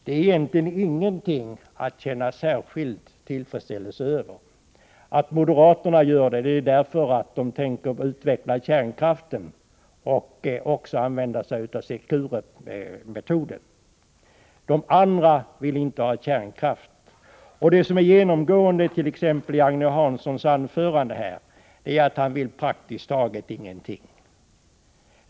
Det är egentligen ingenting att känna särskilt stor tillfredsställelse över. Moderaterna gör det därför att de tänker utveckla kärnkraften och även använda Secure-tekniken. De andra partierna vill inte ha kärnkraft. Det genomgående it.ex. Agne Hanssons anförande är att han vill praktiskt taget ingenting.